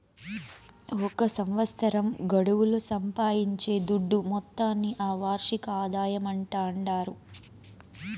ఒక సంవత్సరం గడువుల సంపాయించే దుడ్డు మొత్తాన్ని ఆ వార్షిక ఆదాయమంటాండారు